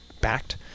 backed